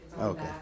Okay